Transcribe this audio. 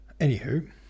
Anywho